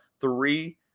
three